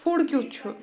food کیُتھ چھُ